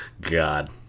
God